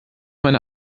meine